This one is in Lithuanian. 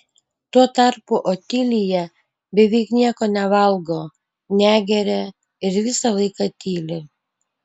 tuo tarpu otilija beveik nieko nevalgo negeria ir visą laiką tyli